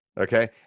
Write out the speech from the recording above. Okay